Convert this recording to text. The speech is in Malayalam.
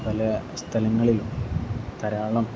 പല സ്ഥലങ്ങളിലും ധാരാളം